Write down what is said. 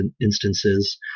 instances